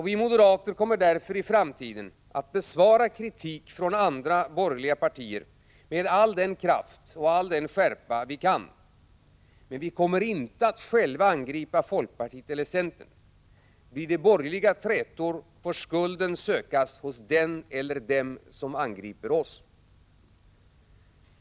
Vi moderater kommer därför i framtiden att besvara kritik från andra borgerliga partier med all den kraft och all den skärpa vi kan uppbringa. Men vi kommer inte att själva angripa folkpartiet eller centern. Blir det borgerliga trätor, får skulden sökas hos den eller dem som angriper oss.